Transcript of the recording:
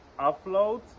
upload